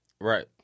right